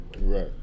Right